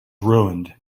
ruined